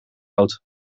oud